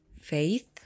Faith